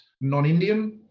non-Indian